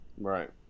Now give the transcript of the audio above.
Right